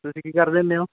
ਤੁਸੀਂ ਕੀ ਕਰਦੇ ਹੁੰਦੇ ਹੋ